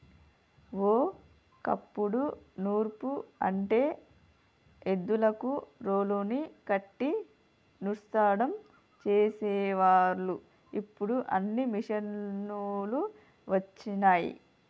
ఓ కప్పుడు నూర్పు అంటే ఎద్దులకు రోలుని కట్టి నూర్సడం చేసేవాళ్ళు ఇప్పుడు అన్నీ మిషనులు వచ్చినయ్